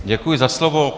Děkuji za slovo.